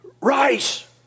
Rice